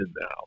now